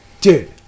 dude